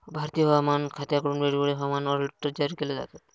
भारतीय हवामान खात्याकडून वेळोवेळी हवामान अलर्ट जारी केले जातात